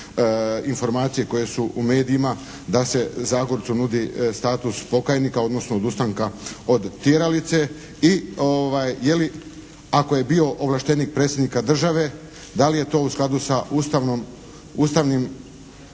informacije koje su u medijima, da se Zagorcu nudi status pokajnika odnosno odustanka od tjeralice? I je li, ako je bio ovlaštenik Predsjednika Države, da li je to u skladu sa Ustavnom